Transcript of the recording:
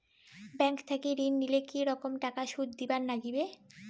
Bank থাকি ঋণ নিলে কি রকম টাকা সুদ দিবার নাগিবে?